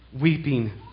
weeping